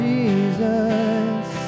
Jesus